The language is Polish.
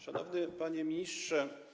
Szanowny Panie Ministrze!